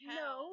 no